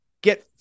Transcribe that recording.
Get